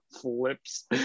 flips